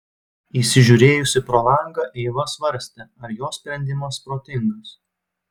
įsižiūrėjusi pro langą eiva svarstė ar jos sprendimas protingas